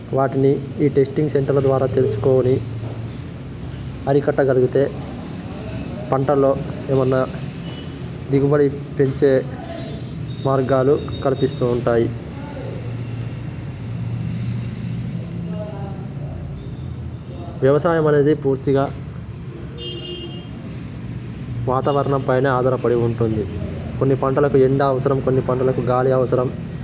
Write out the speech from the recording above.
వాటిని ఈ టెస్టింగ్ సెంటర్ల ద్వారా తెలుసుకోని అరికట్టగలిగితే పంటలో ఏమన్నా దిగుబడి పెంచే మార్గాలు కనిపిస్తూ ఉంటాయి వ్యవసాయం అనేది పూర్తిగా వాతావరణంపైనే ఆధారపడి ఉంటుంది కొన్ని పంటలకు ఎండ అవసరం కొన్ని పంటలకు గాలి అవసరం